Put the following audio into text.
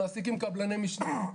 מעסיקים קבלני משנה.